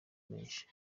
menshi